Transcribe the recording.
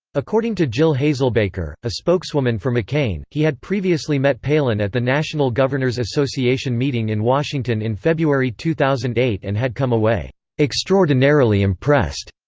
according to jill hazelbaker, a spokeswoman for mccain, he had previously met palin at the national governors association meeting in washington in february two thousand and eight and had come away extraordinarily impressed.